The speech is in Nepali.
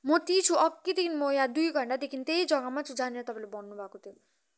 म त्यही छु अघिदेखि म दुई घन्टादेखि म त्यही जग्गामा छु जहाँनिर तपाईँले भन्नु भएको थियो